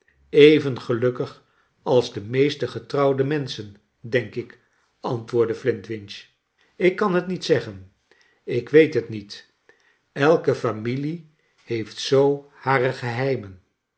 even gelnkkig als de meeste getrouwde menschen denk ik antwoordde flintwinch ik kan het niet zeggen ik weet het niet elke familie heeft zoo hare geheimen